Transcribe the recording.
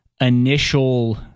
initial